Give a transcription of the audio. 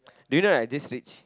din I just reach